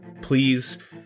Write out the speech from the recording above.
Please